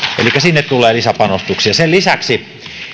elikkä sinne tulee lisäpanostuksia sen lisäksi